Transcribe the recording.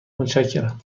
متشکرم